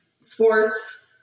sports